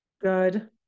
Good